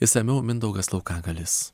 išsamiau mindaugas laukagalis